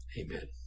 Amen